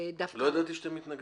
--- לא ידעתי שאתם מתנגדים.